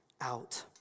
out